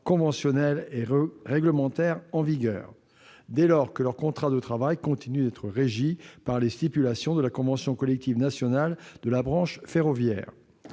conventionnels et réglementaires en vigueur, dès lors que leur contrat de travail continue à être régi par les stipulations de la convention collective nationale de la branche ferroviaire.